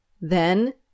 Then